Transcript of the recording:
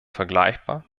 vergleichbar